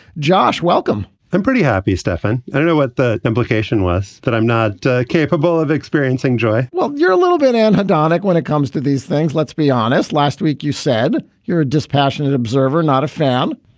josh, welcome i'm pretty happy, stefan. i know what the implication was that i'm not capable of experiencing joy well, you're a little bit in hedonic when it comes to these things. let's be honest. last week you said you're a dispassionate observer, not a fan